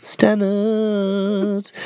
Stannard